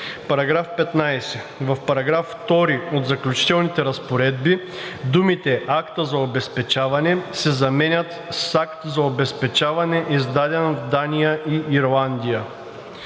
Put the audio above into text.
§ 15: „§ 15. В § 2 от заключителните разпоредби думите „акта за обезпечаване“ се заменят с „акт за обезпечаване, издаден в Дания и Ирландия“.“